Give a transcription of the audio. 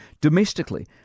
Domestically